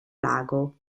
lago